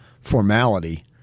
formality